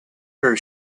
her